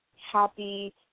happy